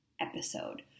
episode